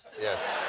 Yes